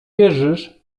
wierzysz